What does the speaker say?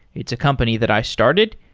it's a company that i started,